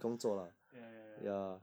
ya ya ya ya ya